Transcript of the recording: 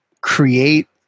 create